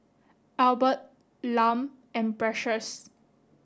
Albert Lum and Precious